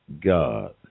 God